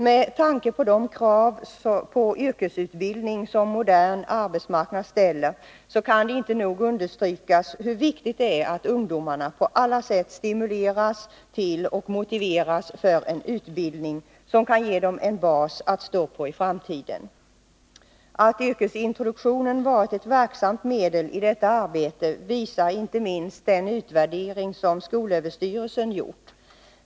Med tanke på de krav på yrkesutbildning som en modern arbetsmarknad ställer, kan det inte nog understrykas hur viktigt det är att ungdomarna på alla sätt stimuleras till och motiveras för en utbildning som kan ge dem en bas att stå på i framtiden. Att yrkesintroduktionen varit ett verksamt medel i detta arbete visar inte minst den utvärdering som skolöverstyrelsen gjort.